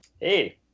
Hey